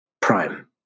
Prime